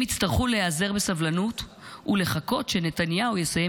הם יצטרכו להיאזר בסבלנות ולחכות שנתניהו יסיים